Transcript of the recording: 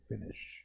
finish